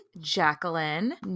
Jacqueline